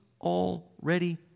already